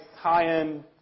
high-end